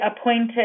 appointed